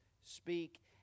speak